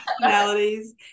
personalities